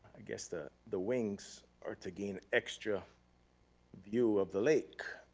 ah guess the the wings are to gain extra view of the lake.